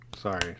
Sorry